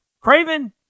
Craven